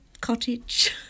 Cottage